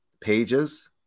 pages